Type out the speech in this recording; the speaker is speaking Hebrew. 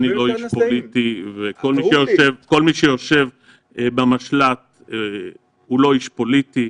אני לא איש פוליטי וכל מי שיושב במשל"ט הוא לא איש פוליטי.